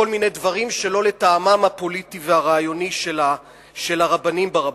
מיני דברים שלא לטעמם הפוליטי והרעיוני של הרבנים ברבנות.